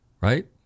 right